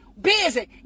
Busy